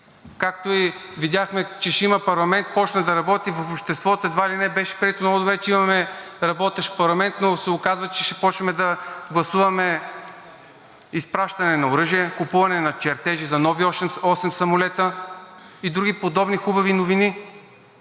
Както и видяхме, че ще има парламент – започна да работи. В обществото едва ли не беше прието много добре, че имаме работещ парламент, но се оказва, че ще започнем да гласуваме изпращане на оръжия, купуване на чертежи за нови осем самолета и други подобни хубави новини,